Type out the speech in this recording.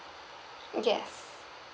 yes